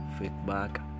Feedback